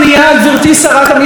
גברתי שרת המשפטים,